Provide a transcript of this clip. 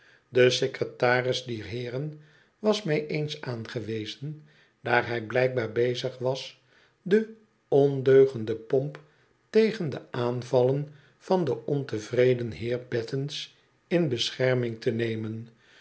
de secretaris dier hoeren was mij eens aangewezen daar hij blijkbaar bezig was de ondeugende pomp tegen de aanvallen van den ontevreden heer battens in bescherming te nemen